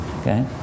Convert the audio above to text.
Okay